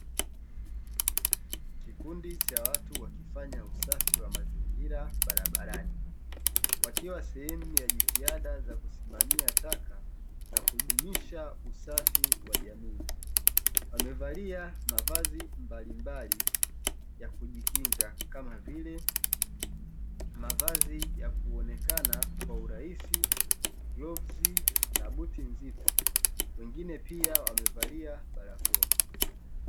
Kikundi cha watu wakifanya usafi wa mazingira barabarani wakiwa sehemu ya jitihada za kusimamia taka na kudumisha usafi wa jamii. Wamevalia mavazi mbalimbali ya kujikinga kama vile: mavazi ya kuonekana kwa urahisi, glavu na buti nzito. Wengine pia wamevalia barakoa.